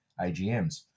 AGMs